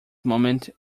moment